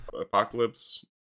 apocalypse